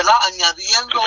añadiendo